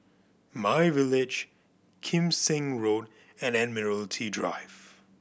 MyVillage Kim Seng Road and Admiralty Drive